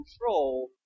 control